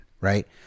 right